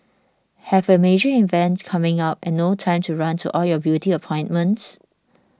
have a major event coming up and no time to run to all your beauty appointments